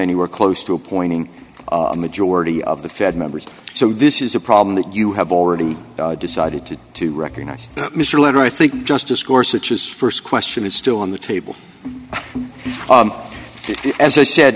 anywhere close to appointing a majority of the fed members so this is a problem that you have already decided to to recognize mr letter i think just discourse which is st question is still on the table as i said